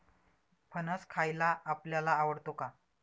फणस खायला आपल्याला आवडतो का?